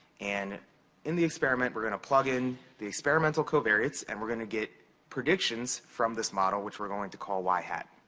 and in the experiment, we're gonna plug in the experimental covariates. and we're gonna get predictions from this model which we're going to call y hat.